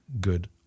good